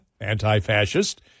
anti-fascist